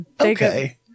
okay